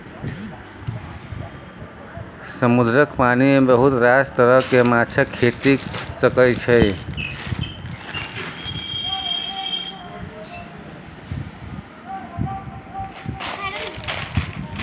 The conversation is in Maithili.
समुद्रक पानि मे बहुत रास तरहक माछक खेती कए सकैत छी